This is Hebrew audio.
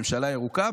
ממשלה ירוקה,